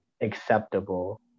acceptable